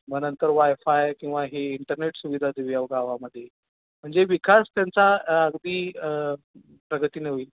मग नंतर वायफाय किंवा ही इंटरनेट सुविधा देऊ या गावामध्ये म्हणजे विकास त्यांचा अगदी प्रगती न होईल